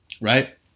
right